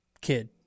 kid